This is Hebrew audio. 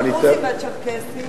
איפה הדרוזים והצ'רקסים?